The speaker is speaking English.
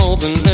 Open